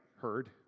heard